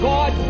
God